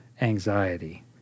anxiety